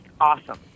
awesome